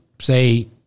say